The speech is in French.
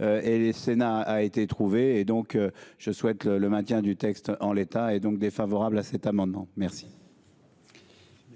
Et le Sénat a été trouvé et donc je souhaite le maintien du texte en l'état et donc défavorable à cet amendement. Merci.